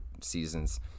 seasons